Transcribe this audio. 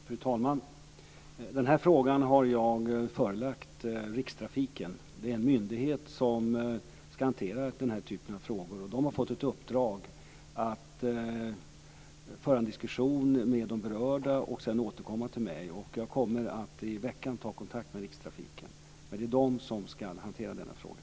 Fru talman! Denna fråga har jag förelagt Rikstrafiken. Det är en myndighet som ska hantera denna typ av frågor. De har fått i uppdrag att föra en diskussion med de berörda och sedan återkomma till mig. Jag kommer att i veckan ta kontakt med Rikstrafiken. Det är de som ska hantera denna fråga.